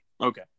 okay